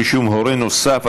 רישום הורה נוסף),